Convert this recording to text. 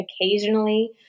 occasionally